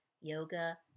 yoga